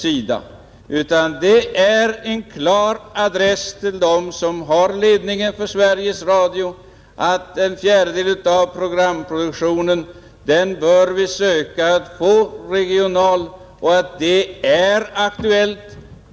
Vårt uttalande att det är aktuellt att försöka få en fjärdedel av programproduktionen regional har en klar adress till ledningen för Sveriges Radio.